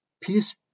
peace